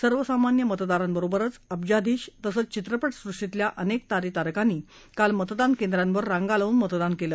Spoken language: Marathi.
सर्वसामान्य मतदारांबरोबरच अब्जाधीश तसंच चित्रपट सृष्टीतल्या अनेक तारे तारकांनी काल मतदान केंद्रांवर रांगा लावून मतदान केलं